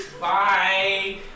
Bye